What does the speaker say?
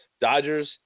Dodgers